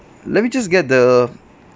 let me just get the